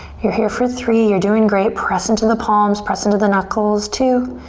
you're here for three, you're doing great. press into the palms, press into the knuckles. two.